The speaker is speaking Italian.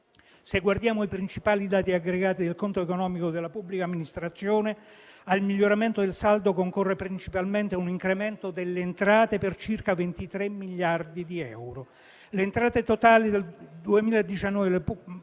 Se guardiamo ai principali dati aggregati del conto economico della pubblica amministrazione, al miglioramento del saldo concorre principalmente un incremento delle entrate per circa 23 miliardi di euro.